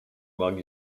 among